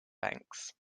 banks